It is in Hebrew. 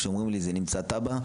כשאומרים לי "זה נמצא תב"ע",